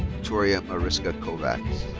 victoria mariska kovacs.